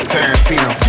Tarantino